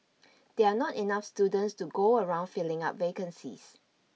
there are not enough students to go around filling up vacancies